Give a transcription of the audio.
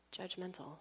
judgmental